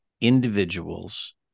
individuals